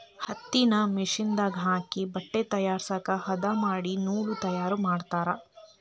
ಹತ್ತಿನ ಮಿಷನ್ ದಾಗ ಹಾಕಿ ಬಟ್ಟೆ ತಯಾರಸಾಕ ಹದಾ ಮಾಡಿ ನೂಲ ತಯಾರ ಮಾಡ್ತಾರ